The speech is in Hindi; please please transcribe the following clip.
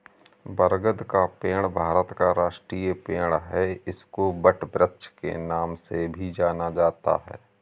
बरगद का पेड़ भारत का राष्ट्रीय पेड़ है इसको वटवृक्ष के नाम से भी जाना जाता है